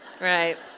Right